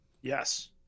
Yes